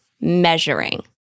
measuring